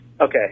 okay